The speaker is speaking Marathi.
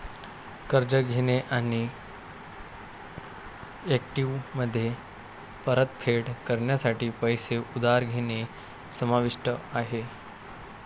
कर्ज घेणे आणि इक्विटीमध्ये परतफेड करण्यासाठी पैसे उधार घेणे समाविष्ट आहे